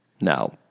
now